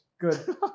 Good